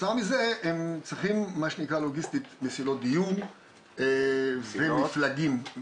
כתוצאה מזה הם צריכים לוגיסטית מסילות דיור לרכבת ומפלגים.